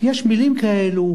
יש מלים כאלה,